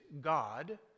God